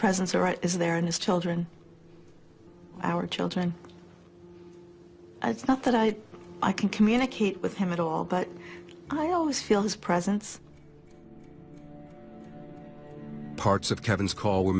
presents are right is there in his children our children it's not that i i can communicate with him at all but i always feel his presence parts of kevin's call were